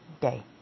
day